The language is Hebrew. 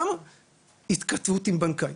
גם התכתבות עם בנקאי.